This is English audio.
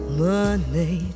money